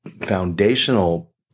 foundational